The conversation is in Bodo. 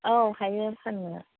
औ हायो फाननो